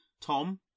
Tom